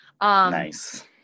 Nice